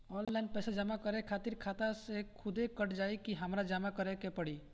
Online पैसा जमा करे खातिर खाता से खुदे कट जाई कि हमरा जमा करें के पड़ी?